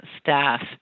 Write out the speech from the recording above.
staff